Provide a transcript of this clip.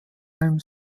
einem